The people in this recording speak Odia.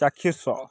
ଚାକ୍ଷୁଷ